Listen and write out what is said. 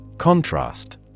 Contrast